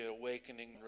awakening